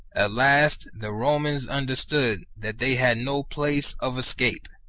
at last the romans understood that they had no place of escape,